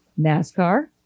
nascar